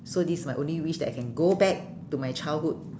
so this is my only wish that I can go back to my childhood